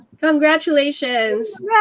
Congratulations